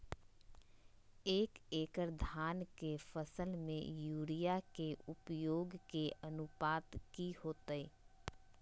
एक एकड़ धान के फसल में यूरिया के उपयोग के अनुपात की होतय?